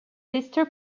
sister